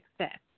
success